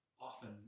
often